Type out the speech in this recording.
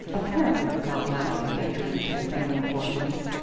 apparently without lasting detriment to the family fortunes.